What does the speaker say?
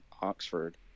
Oxford